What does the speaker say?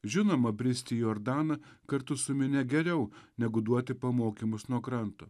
žinomą bristi į jordaną kartu su minia geriau negu duoti pamokymus nuo kranto